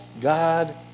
God